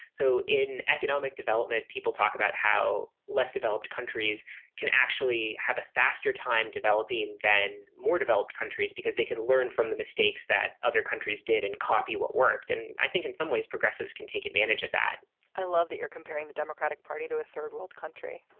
so in economic development, people talk about how less developed countries can actually have a faster time developing and more developed countries because they can learn from the mistakes that other countries did and copy what worked. and i think in some ways, progressives can take advantage of that i love that you're comparing the democratic party to a third world country.